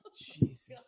Jesus